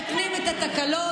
מתקנים את התקלות,